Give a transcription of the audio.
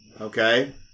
Okay